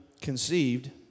conceived